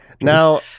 Now